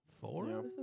four